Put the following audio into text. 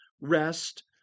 rest